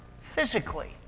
physically